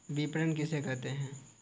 विपणन किसे कहते हैं?